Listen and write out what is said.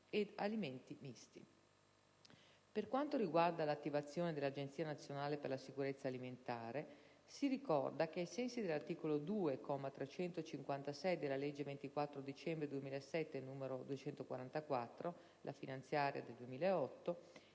Per quanto riguarda l'attivazione dell'Agenzia nazionale per la sicurezza alimentare, si ricorda che, ai sensi dell'articolo 2, comma 356, della legge 24 dicembre 2007, n. 244 (legge finanziaria 2008)